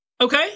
okay